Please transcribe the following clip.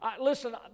listen